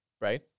Right